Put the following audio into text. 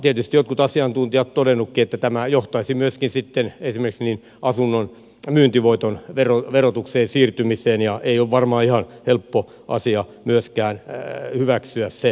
tietysti jotkut asiantuntijat ovat todenneetkin että tämä johtaisi myöskin sitten esimerkiksi asunnon myyntivoiton verotukseen siirtymiseen ja ei ole varmaan ihan helppo asia myöskään hyväksyä sitä näkemystä